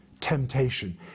temptation